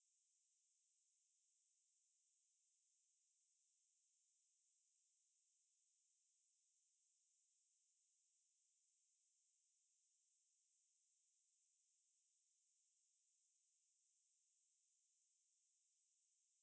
can lah but it's just a lot of effort and honestly like I I don't care if they don't want to do you know because I just want to like finish it and move on to like I'm not too particular like if they really don't want to do like I don't mind lah but it's just that he was as in if